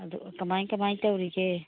ꯑꯗꯨ ꯀꯃꯥꯏꯅ ꯀꯃꯥꯏꯅ ꯇꯧꯔꯤꯒꯦ